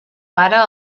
pare